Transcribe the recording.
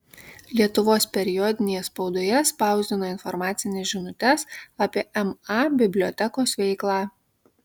lietuvos periodinėje spaudoje spausdino informacines žinutes apie ma bibliotekos veiklą